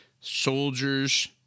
soldiers